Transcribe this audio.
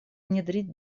внедрить